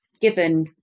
given